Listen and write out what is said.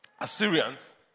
Assyrians